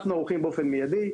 אנחנו ערוכים באופן מידי,